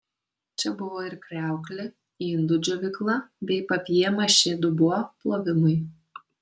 čia buvo ir kriauklė indų džiovykla bei papjė mašė dubuo plovimui